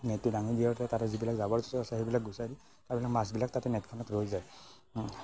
নেটটো দাঙি দিয়ে আৰু তাতে যিবিলাক জাবৰ জোথৰ আছে সেইবিলাক গোছাই দি তাৰপাছত মাছবিলাক তাতে নেটখনত ৰৈ যায়